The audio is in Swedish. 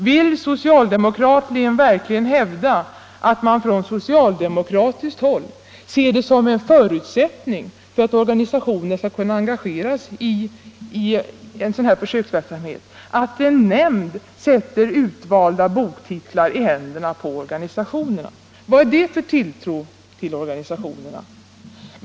Vill man verkligen hävda att man från socialdemokratiskt håll ser det som en förutsättning för att organisationer skall kunna engageras i en sådan här försöksverksamhet, att en nämnd sätter utvalda boktitlar i händerna på organisationerna? Vad är det för tilltro till organisationerna?